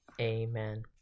Amen